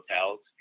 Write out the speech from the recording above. hotels